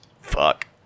Fuck